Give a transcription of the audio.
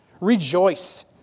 Rejoice